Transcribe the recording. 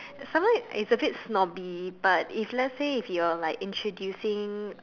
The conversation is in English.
sometime it's a bit snobby but if let's say if you are like introducing